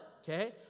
Okay